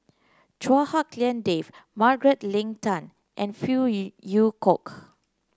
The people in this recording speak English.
Chua Hak Lien Dave Margaret Leng Tan and Phey Yew Kok